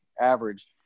average